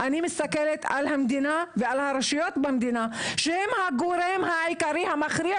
אני מסתכלת על המדינה ועל הרשויות במדינה שהן הגורם העיקרי והמכריע